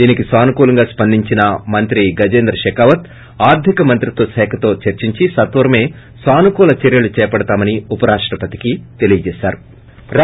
దీనికి సానుకూలంగా స్పందించిన మంత్రి గజేంద్ర షెకావత్ ఆర్గిక మంత్రిత్వ శాఖతో చర్పించి సత్వరం సానుకూల చర్వలు చేపడతామని ఉపరాష్షపతికి తెలిపారు